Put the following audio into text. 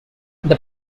the